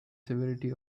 severity